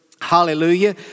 hallelujah